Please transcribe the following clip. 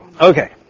Okay